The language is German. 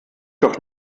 doch